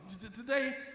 Today